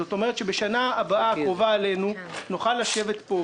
זאת אומרת שבשנה הבאה נוכל לשבת פה,